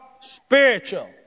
spiritual